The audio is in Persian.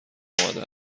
آمده